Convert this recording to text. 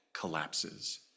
collapses